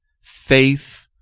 faith